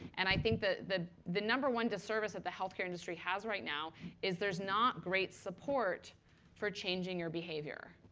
and i think the the number one disservice that the health care industry has right now is there's not great support for changing your behavior.